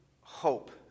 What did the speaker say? hope